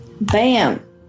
Bam